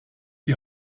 die